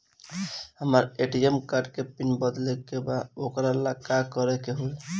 हमरा ATM card के PIN बदले के बा वोकरा ला का करे के होई?